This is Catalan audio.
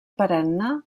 perenne